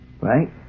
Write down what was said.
right